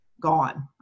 gone